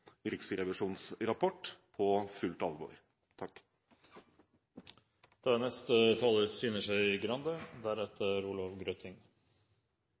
Riksrevisjonens rapport på fullt alvor.